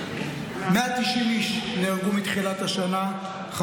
190 איש נהרגו מתחילת השנה בתאונות דרכים,